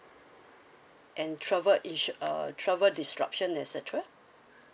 and travel issue uh travel disruption etcetera